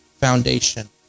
foundation